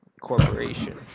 Corporation